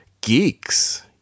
geeks